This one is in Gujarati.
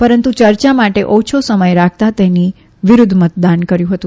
પરંતુ ચર્ચા માટે ઓછો સમય રાખતા તેની વિરૂદ્વ મતદાન કર્યું હતું